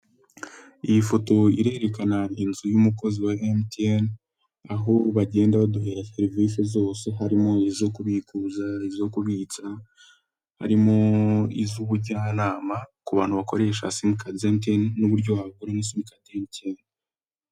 Iyi foto irerekana inzu y'umukozi wa MTN, aho bagenda baduhera serivisi zose harimo izo kubikuza, izo kubitsa, harimo iz'ubujyanama ku bantu bakoresha simukadi za MTN n'uburyo baguramo simukadi za MTN.